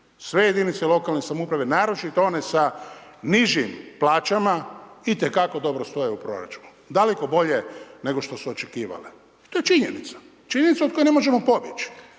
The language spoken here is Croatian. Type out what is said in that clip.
Sve jedinice lokalne samouprave, naročito one sa nižim plaćama itekako dobro stoje u proračunu. Daleko bolje nego što su očekivale. To je činjenica. Činjenica od koje ne možemo pobjeći.